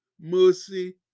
mercy